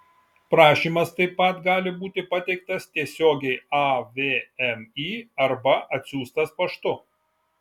prašymas taip pat gali būti pateiktas tiesiogiai avmi arba atsiųstas paštu